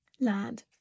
land